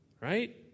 right